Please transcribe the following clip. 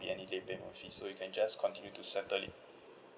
be any late payment fees so you can just continue to settle it